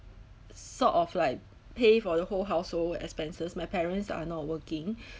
sort of like pay for the whole household expenses my parents are not working